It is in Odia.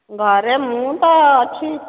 ଘରେ ମୁଁ ତ ଅଛି